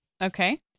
Okay